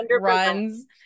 runs